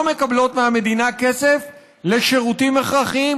מקבלות מהמדינה כסף לשירותים הכרחיים,